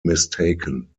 mistaken